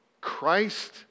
Christ